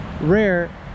rare